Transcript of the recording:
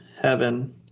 heaven